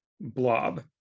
Blob